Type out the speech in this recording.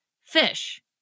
fish